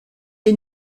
est